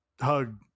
hug